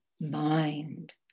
mind